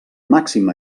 màxim